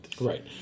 Right